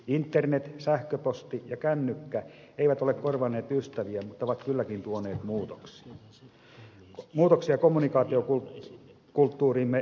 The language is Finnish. internet sähköposti ja kännykkä eivät ole korvanneet ystäviä mutta ovat kylläkin tuoneet muutoksia kommunikaatiokulttuuriimme ja ajankäyttöömme